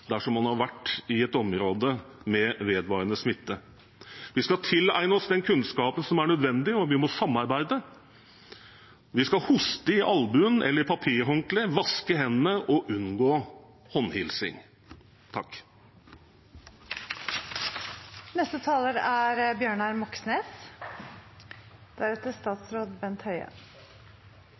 dersom man har vært i et område med vedvarende smitte. Vi skal tilegne oss den kunnskapen som er nødvendig, og vi må samarbeide. Vi skal hoste i albuen eller i papirhåndkle, vaske hendene og unngå håndhilsing. Det er nå stor bekymring blant folk for koronaviruset. Det er